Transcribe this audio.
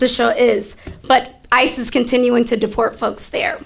the show is but ice is continuing to deport folks there